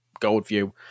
Goldview